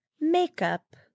makeup